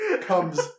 comes